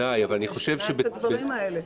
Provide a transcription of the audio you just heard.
שמשנה את הדברים האלה.